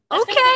okay